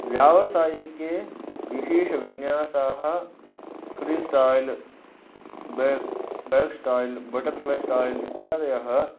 व्यावसायिके विशेषविन्यासाः freestyle back back style butterfly style इत्यादयः